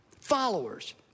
Followers